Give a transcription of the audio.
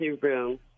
room